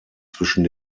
zwischen